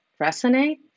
resonate